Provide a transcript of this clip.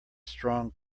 strong